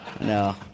no